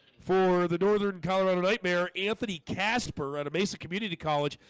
for the northern colorado nightmare anthony casper at a mesa community college.